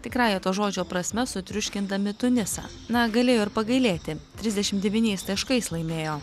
tikrąja to žodžio prasme sutriuškindami tunisą na galėjo ir pagailėti trisdešimt devyniais taškais laimėjo